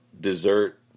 dessert